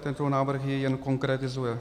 Tento návrh ji jen konkretizuje.